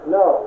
no